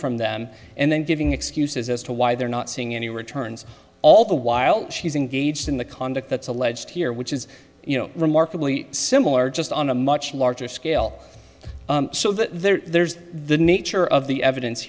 from them and then giving excuses as to why they're not seeing any returns all the while she's engaged in the conduct that's alleged here which is you know remarkably similar just on a much larger scale so there's the nature of the evidence